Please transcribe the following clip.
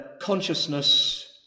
consciousness